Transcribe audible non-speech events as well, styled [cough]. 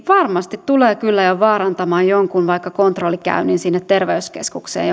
varmasti tulee kyllä vaarantamaan jonkun pitkäaikaissairaan kontrollikäynnin sinne terveyskeskukseen [unintelligible]